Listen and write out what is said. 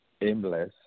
aimless